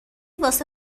واسه